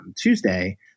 Tuesday